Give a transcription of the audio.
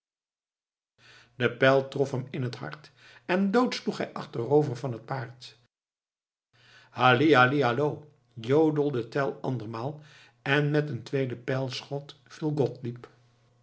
de pijl trof hem in het hart en dood sloeg hij achterover van het paard halli halli hallo jodelde tell andermaal en met een tweede